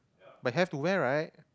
but have to wear right